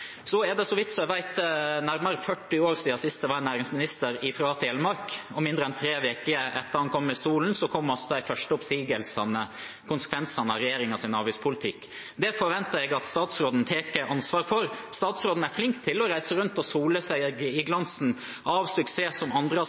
Så er det, så vidt jeg vet, nærmere 40 år siden sist det har vært en næringsminister fra Telemark. Mindre enn tre uker etter at han satte seg i stolen, kom de første oppsigelsene – konsekvenser av regjeringens avgiftspolitikk. Det forventer jeg at statsråden tar ansvaret for. Statsråden er flink til å reise rundt og sole seg i glansen av suksess som andre